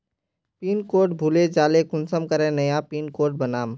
Pin code भूले जाले कुंसम करे नया पिन कोड बनाम?